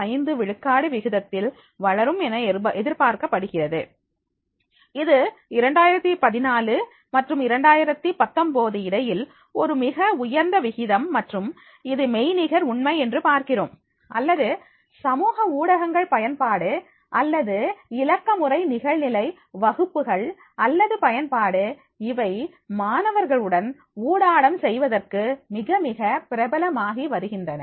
65 விழுக்காடு விகிதத்தில் வளரும் என்று எதிர்பார்க்கப்படுகிறது இது 2014 மற்றும் 2019 இடையில் ஒரு மிக உயர்ந்த விகிதம் மற்றும் இது மெய்நிகர் உண்மை என்று பார்க்கிறோம் அல்லது சமூக ஊடகங்கள் பயன்பாடு அல்லது இலக்கமுறை நிகழ்நிலை வகுப்புகள் அல்லது பயன்பாடு இவை மாணவர்களுடன் ஊடாடம் செய்வதற்கு மிக மிக பிரபலமாகி வருகின்றன